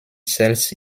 cells